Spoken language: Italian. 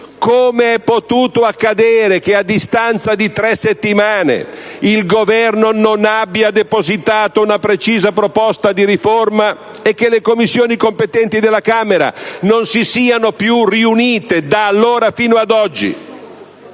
Come è potuto accadere che, a distanza di tre settimane, il Governo non abbia depositato una precisa proposta di riforma e che le Commissioni competenti della Camera non si siano più riunite da allora fino ad oggi?